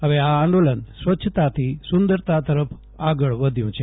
હવે આ આંદોલન સ્વચ્છતાથી સુંદરતા તરફ આગળ વધ્યું છે